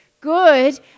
Good